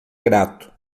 grato